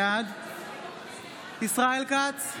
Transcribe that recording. בעד ישראל כץ,